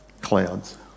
Clouds